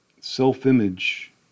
self-image